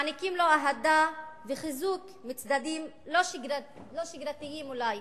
מעניקים לו אהדה וחיזוק מצדדים לא שגרתיים אולי,